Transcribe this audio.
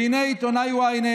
והינה עיתונאי ynet